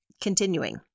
Continuing